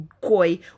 koi